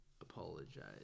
apologize